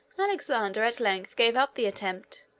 alexander at length gave up the attempt,